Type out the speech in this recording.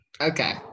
Okay